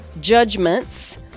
judgments